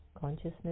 consciousness